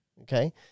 Okay